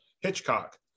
Hitchcock